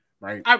Right